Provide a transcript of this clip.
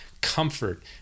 comfort